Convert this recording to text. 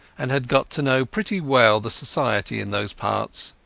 and had got to know pretty well the society in those parts.